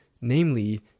namely